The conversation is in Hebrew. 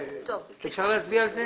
אפשר להצביע על זה?